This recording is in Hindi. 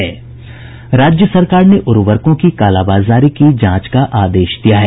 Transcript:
राज्य सरकार ने उर्वरकों की कालाबाजारी की जांच का आदेश दिया है